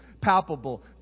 palpable